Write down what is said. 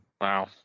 Wow